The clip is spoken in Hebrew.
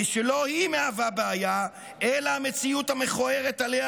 הרי שלא היא מהווה בעיה אלא המציאות המכוערת שעליה